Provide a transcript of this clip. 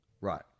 Right